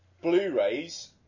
Blu-rays